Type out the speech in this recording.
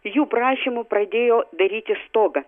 jų prašymu pradėjo daryti stogą